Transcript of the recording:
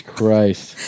Christ